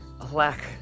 Alack